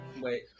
Wait